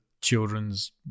children's